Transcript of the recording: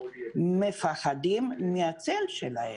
שמפחדים מהצל שלהם,